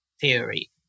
Theory